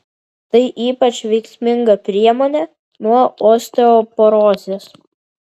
tai ypač veiksminga priemonė nuo osteoporozės